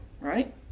right